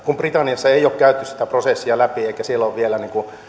kun britanniassa ei ole käyty sitä prosessia läpi eikä se siellä ole vielä